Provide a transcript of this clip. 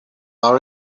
our